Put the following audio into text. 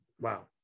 Wow